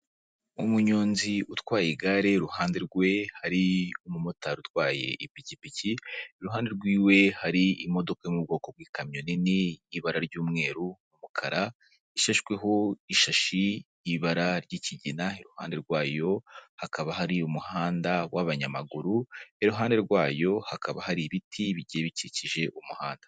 Umunyonzi utwaye igare iruhande rwe hari umumotari utwaye ipikipiki, iruhande rwiwe har'imodoka yo mu bwoko bw'ikamyo nini y'ibara ry'umweru, umukara ishashweho ishashi y'ibara ry'ikigina iruhande rwayo hakaba hari umuhanda w'abanyamaguru ,iruhande rwayo hakaba har'ibiti bigiye bikikije umuhanda.